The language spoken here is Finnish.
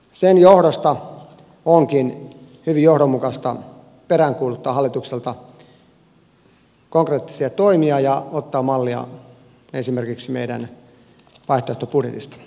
sen johdosta onkin hyvin johdonmukaista peräänkuuluttaa hallitukselta konkreettisia toimia ja ottaa mallia esimerkiksi meidän vaihtoehtobudjetista